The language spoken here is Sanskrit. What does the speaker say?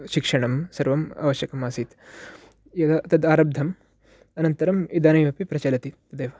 शिक्षणं सर्वम् अवश्यकमासीत् यदा तद् आरब्धम् अनन्तरम् इदानीमपि प्रचलति तदेव